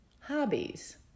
hobbies